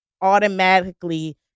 automatically